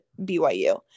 BYU